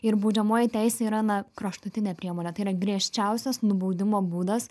ir baudžiamoji teisė yra na kraštutinė priemonė tai yra griežčiausias nubaudimo būdas